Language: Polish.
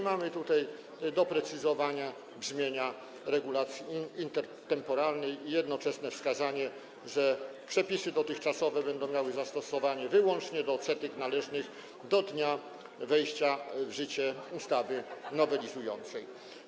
Mamy tutaj doprecyzowanie brzmienia regulacji intertemporalnej i jednoczesne wskazanie, że dotychczasowe przepisy będą miały zastosowanie wyłącznie do odsetek należnych do dnia wejścia w życie ustawy nowelizującej.